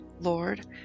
Lord